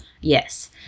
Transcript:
yes